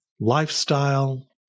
lifestyle